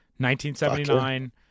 1979